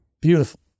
Beautiful